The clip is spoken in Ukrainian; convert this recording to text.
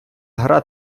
гра